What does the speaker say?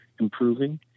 improving